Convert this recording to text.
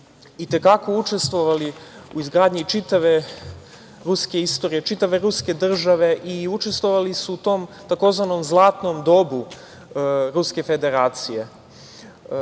i te kako učestvovali u izgradnji čitave ruske istorije, čitave ruske države i učestvovali su u tom tzv. zlatnom dobu Ruske Federacije.